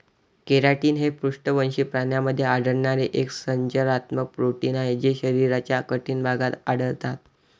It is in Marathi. केराटिन हे पृष्ठवंशी प्राण्यांमध्ये आढळणारे एक संरचनात्मक प्रोटीन आहे जे शरीराच्या कठीण भागात आढळतात